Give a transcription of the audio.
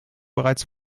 bereits